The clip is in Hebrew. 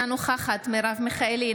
אינה נוכחת מרב מיכאלי,